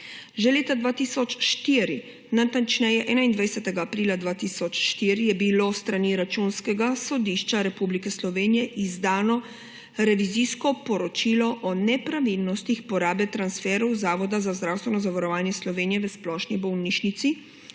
Že leta 2004, natančneje 21. aprila 2004, je bilo s strani Računskega sodišča Republike Slovenije izdano Revizijsko poročilo o nepravilnostih porabe transferjev Zavoda za zdravstveno zavarovanje Slovenije v Splošni bolnišnici